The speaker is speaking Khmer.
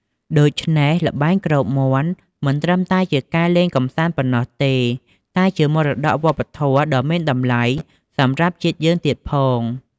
ដូច្នេះ ល្បែងគ្របមាន់មិនត្រឹមតែជាការលេងកម្សាន្តប៉ុណ្ណោះទេ តែជាមរតកវប្បធម៌ ដ៏មានតម្លៃសម្រាប់ជាតិយើងទៀតផង។